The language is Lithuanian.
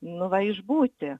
nu va išbūti